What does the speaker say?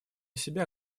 себя